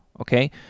okay